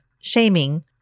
shaming